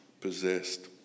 possessed